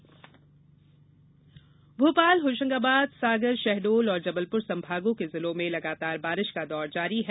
मौसम भोपाल होशंगाबाद सागर शहडोल और जबलपुर संभागों के जिलों में लगातार बारिश का दौर जारी है